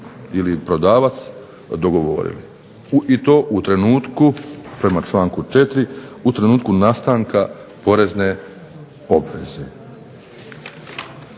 ili prodavač dogovorili. I to u trenutku, prema članku 4., u trenutku nastanka porezne obveze.